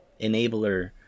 enabler